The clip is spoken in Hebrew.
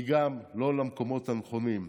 גם הוא לא למקומות הנכונים.